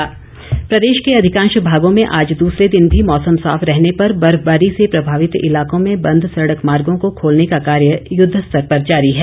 मौसम प्रदेश के अधिकांश भागों मेँ आज दूसरे दिन भी मौसम साफ रहने पर बर्फबारी से प्रभावित इलाकों में बंद सड़क मार्गो को खोलने का कार्य युद्धस्तर पर जारी है